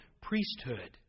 priesthood